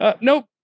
Nope